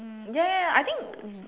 um ya I think